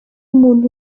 umuntu